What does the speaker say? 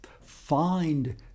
find